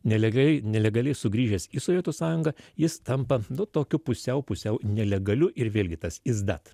nelegaliai nelegaliai sugrįžęs į sovietų sąjungą jis tampa nu tokiu pusiau pusiau nelegaliu ir vėlgi tas izdat